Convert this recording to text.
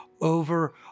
over